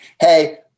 Hey